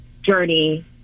journey